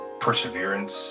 Perseverance